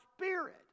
spirit